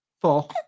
Four